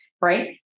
right